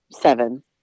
seven